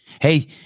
Hey